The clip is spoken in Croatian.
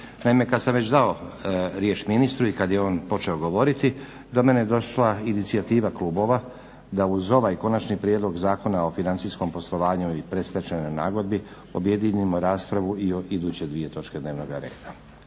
Naime, kad sam već dao riječ ministru i kad je on počeo govoriti do mene je došla inicijativa klubova da uz ovaj Konačni prijedlog Zakona o financijskom poslovanju i predstečajnoj nagodbi objedinimo raspravu i o iduće dvije točke dnevnoga reda.